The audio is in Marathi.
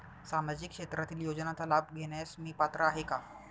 सामाजिक क्षेत्रातील योजनांचा लाभ घेण्यास मी पात्र आहे का?